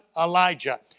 Elijah